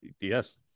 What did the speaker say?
yes